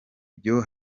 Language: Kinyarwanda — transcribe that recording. byo